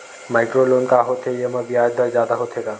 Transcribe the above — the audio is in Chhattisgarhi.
माइक्रो लोन का होथे येमा ब्याज दर जादा होथे का?